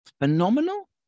Phenomenal